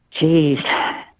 Jeez